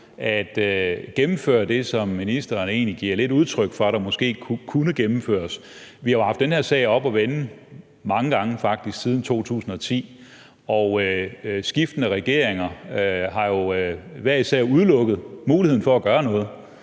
at gennemføre det, som ministeren egentlig giver lidt udtryk for måske kunne gennemføres. Vi har jo haft den her sag oppe at vende mange gange faktisk siden 2010, og skiftende regeringer har jo hver især udelukket muligheden for at gøre noget.